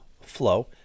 flow